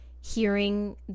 hearing